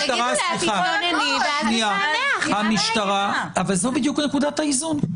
אבל זו בדיוק נקודת האיזון,